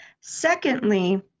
Secondly